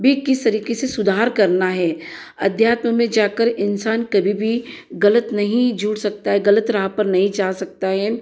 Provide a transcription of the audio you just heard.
भी किस तरीके से सुधार करना है अध्यात्म में जाकर इंसान कभी भी गलत नहीं जुड़ सकता है गलत राह पर नहीं जा सकता है